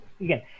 again